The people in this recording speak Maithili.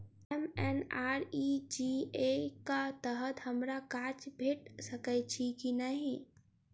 एम.एन.आर.ई.जी.ए कऽ तहत हमरा काज भेट सकय छई की नहि?